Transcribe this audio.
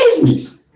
business